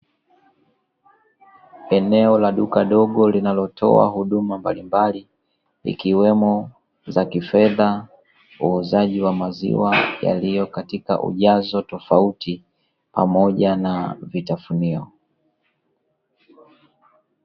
Eneo la duka dogo linalotoa huduma mbalimbali zikiwemo za kifedha, uuzaji wa maziwa yaliyo katika ujazo tofauti pamoja na vitafunio.